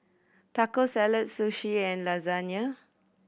Taco Salad Sushi and Lasagna